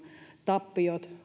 tappiot